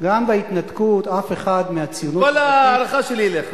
עם כל ההערכה שלי אליך.